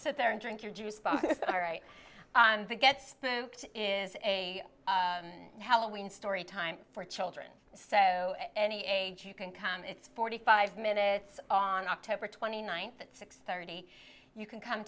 sit there and drink your juice right on the gets is a halloween story time for children so any age you can come it's forty five minutes on october twenty ninth at six thirty you can come